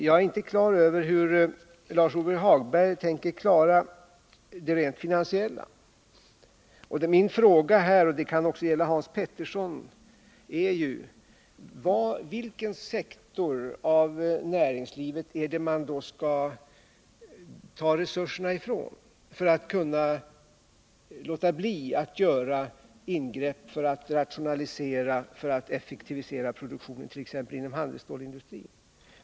Jag är inte klar över hur Lars-Ove Hagberg tänker sig att finansieringen skall klaras. Min fråga är — och den kan också gälla Hans Petersson i Hallstahammar: Vilken sektor av näringslivet är det man skall ta resurserna från om man skall undvika att göra ingrepp för att rationalisera och effektivisera produktionen t.ex. inom handelsstålsindustrin?